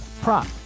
prop